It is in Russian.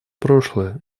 прошлое